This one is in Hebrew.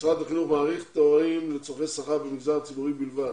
משרד החינוך מעריך תארים לצורכי שכר במגזר הציבורי בלבד